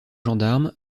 gendarmes